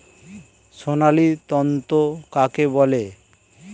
সোনালী তন্তু কাকে বলে?